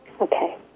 Okay